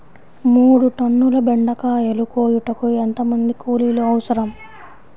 మూడు టన్నుల బెండకాయలు కోయుటకు ఎంత మంది కూలీలు అవసరం?